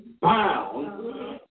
bound